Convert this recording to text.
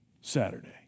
Saturday